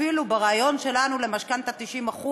אפילו ברעיון שלנו למשכנתה של 90%,